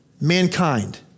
mankind